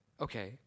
okay